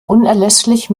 unerlässlich